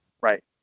right